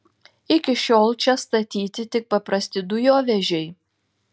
iki šiol čia statyti tik paprasti dujovežiai